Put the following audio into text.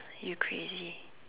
you crazy